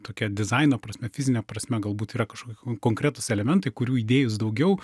tokia dizaino prasme fizine prasme galbūt yra kažkokie ko konkretūs elementai kurių įdėjus daugiau